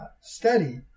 study